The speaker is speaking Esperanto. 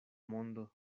mondo